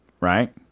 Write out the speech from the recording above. right